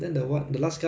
hosei liao lor